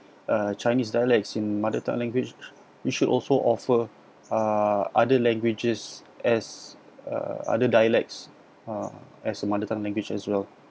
uh chinese dialects in mother tongue language we should also offer uh other languages as uh other dialects uh as as a mother tongue language as well